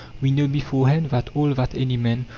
we know beforehand that all that any man,